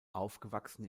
aufgewachsen